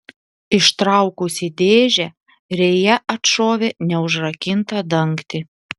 ištraukusi dėžę rėja atšovė neužrakintą dangtį